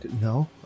no